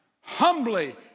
humbly